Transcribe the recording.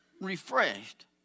refreshed